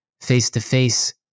face-to-face